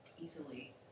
easily